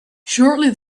shortly